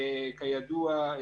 וכידוע,